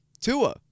tua